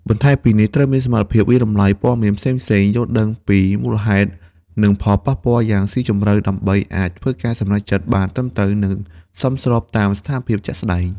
បន្ថែមពីនេះត្រូវមានសមត្ថភាពវាយតម្លៃព័ត៌មានផ្សេងៗយល់ដឹងពីមូលហេតុ និងផលប៉ះពាល់យ៉ាងស៊ីជម្រៅដើម្បីអាចធ្វើការសម្រេចចិត្តបានត្រឹមត្រូវ និងសមស្របតាមស្ថានភាពជាក់ស្តែង។